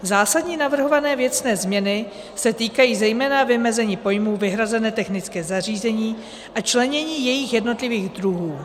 Zásadní navrhované věcné změny se týkají zejména vymezení pojmů vyhrazené technické zařízení a členění jejich jednotlivých druhů.